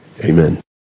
Amen